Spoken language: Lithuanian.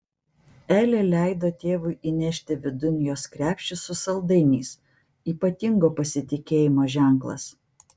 elė leido tėvui įnešti vidun jos krepšį su saldainiais ypatingo pasitikėjimo ženklas